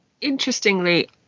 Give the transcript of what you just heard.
interestingly